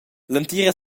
l’entira